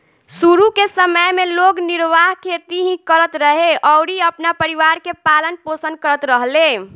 शुरू के समय में लोग निर्वाह खेती ही करत रहे अउरी अपना परिवार के पालन पोषण करत रहले